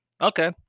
Okay